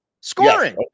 Scoring